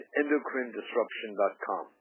endocrinedisruption.com